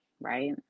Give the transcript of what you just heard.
right